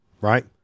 right